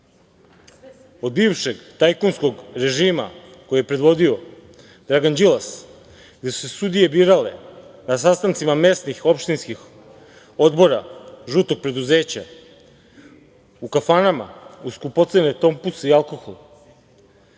od bivšeg tajkunskog režima, koji je predvodio Dragan Đilas, gde su se sudije birale na sastancima mesnih, opštinskih odbora žutog preduzeća, u kafanama uz skupocene tompuse i alkohol,